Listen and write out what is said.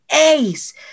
ace